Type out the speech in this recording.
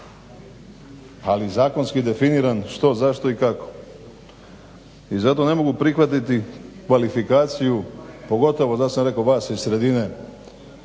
Ali zakonski definiran što, zašto i kako. I zato ne mogu prihvatiti kvalifikaciju pogotovo da sam rekao vas iz sredine